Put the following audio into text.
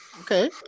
Okay